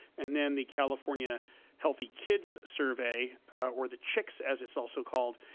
and then the california healthy kids survey or the chks as it's also called.